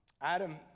Adam